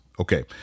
okay